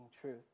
truth